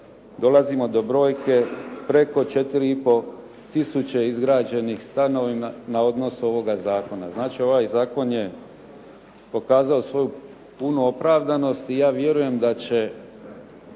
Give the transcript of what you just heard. dolazimo do brojke preko 4 i pol tisuće izgrađenih stanova na odnos ovoga zakona. Znači, ovaj zakon je pokazao svoju punu opravdanost i ja vjerujem da će